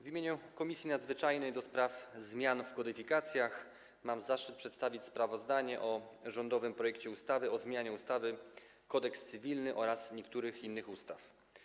W imieniu Komisji Nadzwyczajnej do spraw zmian w kodyfikacjach mam zaszczyt przedstawić sprawozdanie o rządowym projekcie ustawy o zmianie ustawy Kodeks cywilny oraz niektórych innych ustaw.